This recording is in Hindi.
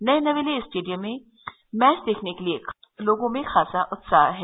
नये नवेले स्टेडियम में मैच देखने के लिए लोगों में ख़ासा उत्साह है